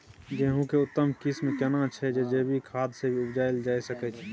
गेहूं के उत्तम किस्म केना छैय जे जैविक खाद से भी उपजायल जा सकते?